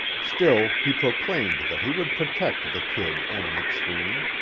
still he proclaimed that he would protect the kid and mcsween.